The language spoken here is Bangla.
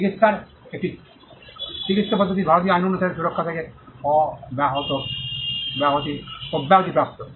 চিকিত্সার একটি চিকিত্সা পদ্ধতি ভারতীয় আইন অনুসারে সুরক্ষা থেকে অব্যাহতিপ্রাপ্ত